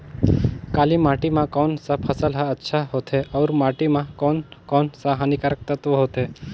काली माटी मां कोन सा फसल ह अच्छा होथे अउर माटी म कोन कोन स हानिकारक तत्व होथे?